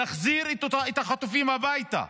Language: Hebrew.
להחזיר את החטופים הביתה?